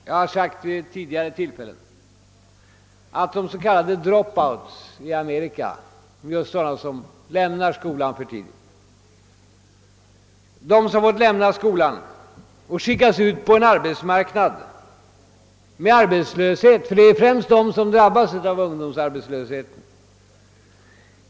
Jag har sagt vid tidigare tillfällen, att de s.k. drop-outs i Amerika, som det talats så mycket om, lämnat skolan för tidigt och skickats ut på en arbetsmarknad med arbetslöshet — det är främst dessa ungdomar som drabbas av arbetslösheten.